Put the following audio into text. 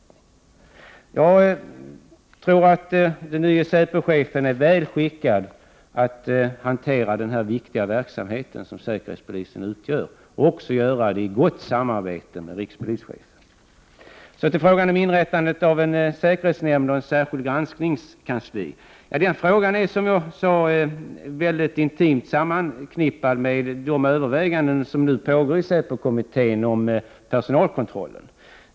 Jag tror att den nye säpochefen är väl skickad att leda den viktiga verksamhet som säkerhetspolisens arbete utgör och även göra det i gott samarbete med rikspolischefen. Så till frågan om inrättandet av en säkerhetsnämnd och ett särskilt granskningskansli. Den frågan är, som jag sade, intimt förknippad med de överväganden som nu görs i säpokommittén om personalkontrollen.